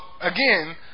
again